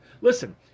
listen